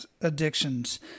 addictions